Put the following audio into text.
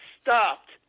Stopped